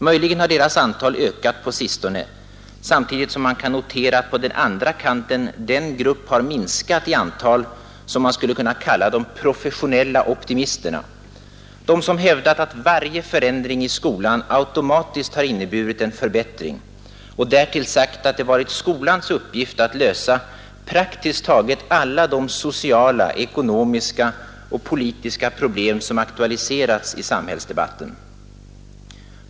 Möjligen har deras antal ökat på sistone, samtidigt som man kan notera att på den andra kanten den grupp har minskat i antal som man skulle kunna kalla de professionella optimisterna, de som hävdat att varje förändring i skolan automatiskt har inneburit en förbättring och därtill sagt att det varit skolans uppgift att lösa praktiskt taget alla de sociala, ekonomiska och politiska problem som aktualiserats i samhällsdebatten.